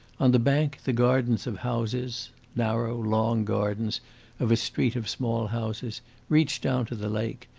on the bank the gardens of houses narrow, long gardens of a street of small houses reached down to the lake,